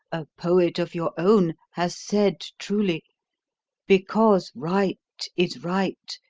a poet of your own, has said truly because right is right,